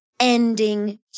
Ending